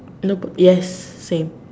no p~ yes same